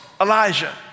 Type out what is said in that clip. Elijah